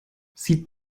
sie